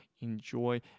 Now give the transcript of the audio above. enjoy